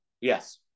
yes